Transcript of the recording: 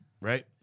Right